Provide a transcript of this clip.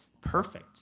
perfect